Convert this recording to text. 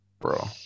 Bro